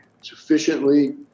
sufficiently